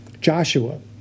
Joshua